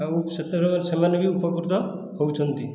ଆଉ ସେଥିରେ ସେମାନେ ବି ଉପକୃତ ହେଉଛନ୍ତି